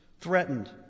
threatened